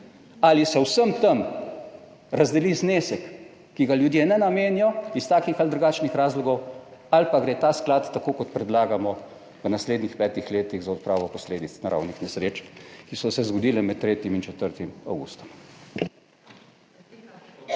ali se vsem tem razdeli znesek, ki ga ljudje ne namenijo iz takih ali drugačnih razlogov, ali pa gre ta sklad, tako kot predlagamo, v naslednjih petih letih za odpravo posledic naravnih nesreč, ki so se zgodile med 3. in 4. avgustom.